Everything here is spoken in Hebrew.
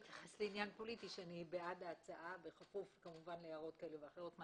אני בעד ההצעה בכפוף כמובן להערות כאלה ואחרות.